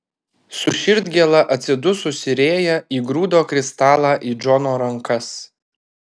su širdgėla atsidususi rėja įgrūdo kristalą į džono rankas